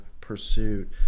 pursuit